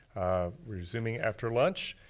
resuming after lunch.